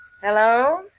Hello